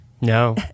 No